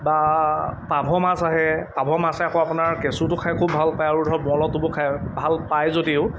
বা পাভ মাছ আহে পাভ মাছে আকৌ আপোনাৰ কেঁচুটো খাই খুব ভাল পায় আৰু ধৰক বৰলৰ টোপো খাই ভাল পায় যদিও